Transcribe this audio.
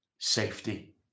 safety